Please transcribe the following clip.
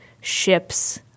ships